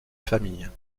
famille